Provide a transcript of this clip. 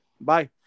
Bye